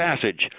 passage